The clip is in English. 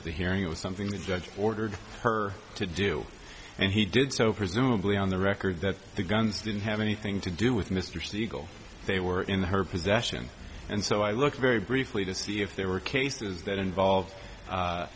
at the hearing it was something the judge ordered her to do and he did so presumably on the record that the guns didn't have anything to do with mr siegel they were in her possession and so i looked very briefly to see if there were cases that involved